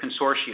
Consortium